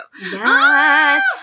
yes